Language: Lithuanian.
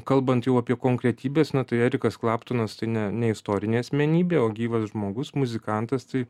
kalbant jau apie konkretybes na tai erikas klaptonas tai ne ne istorinė asmenybė o gyvas žmogus muzikantas tai